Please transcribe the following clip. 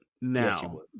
now